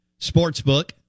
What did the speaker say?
Sportsbook